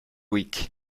week